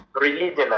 Religion